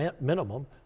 minimum